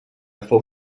fou